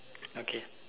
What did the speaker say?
okay